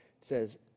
says